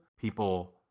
people